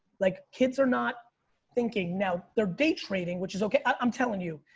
like kids are not thinking now they're day trading which is okay. i'm telling you,